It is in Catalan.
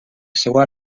seua